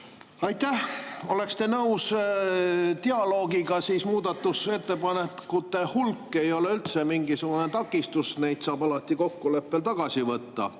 Aitäh! Oleks te nõus dialoogiga, siis ei oleks muudatusettepanekute hulk üldse mingisugune takistus, neid saab alati kokkuleppel tagasi võtta.